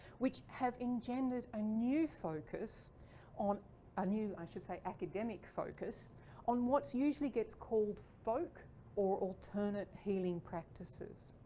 which have engendered a new focus on a new i should say academic focus on what usually gets called folk or alternate healing practices.